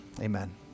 Amen